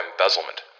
embezzlement